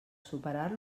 superar